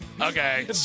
Okay